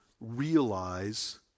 realize